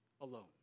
alone